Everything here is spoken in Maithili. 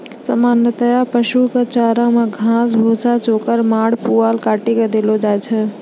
सामान्यतया पशु कॅ चारा मॅ घास, भूसा, चोकर, माड़, पुआल काटी कॅ देलो जाय छै